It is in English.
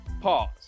pause